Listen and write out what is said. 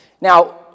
Now